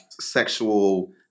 sexual